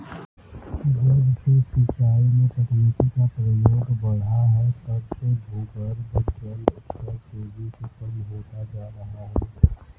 जब से सिंचाई में तकनीकी का प्रयोग बड़ा है तब से भूगर्भ जल स्तर तेजी से कम होता जा रहा है